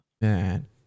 man